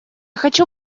хочу